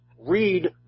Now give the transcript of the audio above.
Read